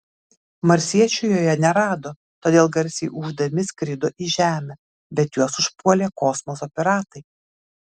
marsiečių joje nerado todėl garsiai ūždami skrido į žemę bet juos užpuolė kosmoso piratai